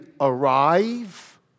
arrive